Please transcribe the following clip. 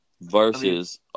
versus